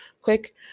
quick